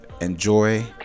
enjoy